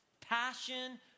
passion